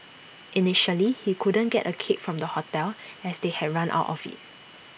initially he couldn't get A cake from the hotel as they had run out of IT